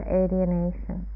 alienation